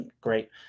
Great